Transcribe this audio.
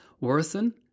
worsen